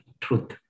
truth